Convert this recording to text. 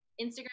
Instagram